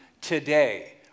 today